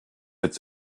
its